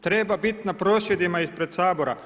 Treba biti na prosvjedima ispred Sabora.